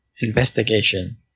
investigation